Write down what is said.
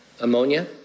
Ammonia